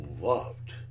loved